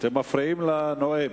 אתם מפריעים לנואם.